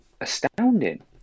astounding